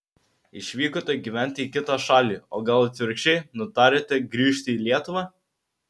išvykote gyventi į kitą šalį o gal atvirkščiai nutarėte grįžti į lietuvą